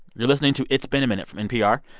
you're listening to it's been a minute from npr.